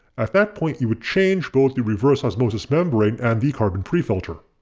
at that point you would change both the reverse osmosis membrane and the carbon pre-filter.